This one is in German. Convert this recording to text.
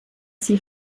sie